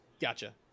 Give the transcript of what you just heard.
gotcha